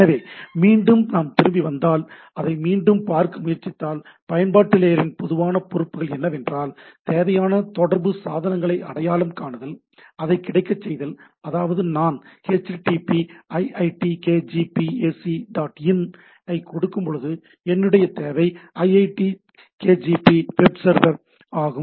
எனவே மீண்டும் நாம் திரும்பி வந்தால் அதை மீண்டும் பார்க்க முயற்சித்தால் பயன்பாட்டு லேயரின் பொதுவான பொறுப்புகள் என்னவென்றால் தேவையான தொடர்பு சாதனங்களை அடையாளம் காணுதல் அதை கிடைக்கச்செய்தல் அதாவது நான் "http iitkgp ac dot in" ஐ கொடுக்கும் பொழுது என்னுடைய தேவை ஐஐடிகேஜிபி வெப் சர்வர் ஆகும்